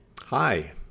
hi